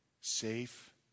safe